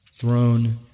throne